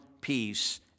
peace